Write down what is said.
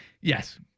yes